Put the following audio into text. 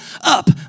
up